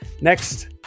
next